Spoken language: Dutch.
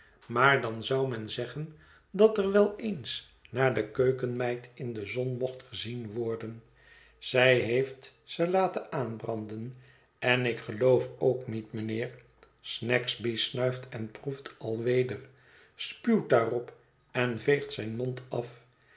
maar dan zou men zeggen dat er wel eens naar de keukenmeid in de zon mocht gezien worden zij heeft ze laten aanbranden en ik geloof ook niet mijnheer snagsby snuift en proeft alweder spuwt daarop en veegt zijn mond af